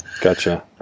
Gotcha